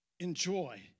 Enjoy